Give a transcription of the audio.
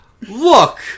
look